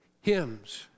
hymns